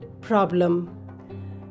problem